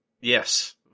Yes